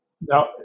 Now